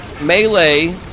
Melee